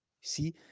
See